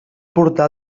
portar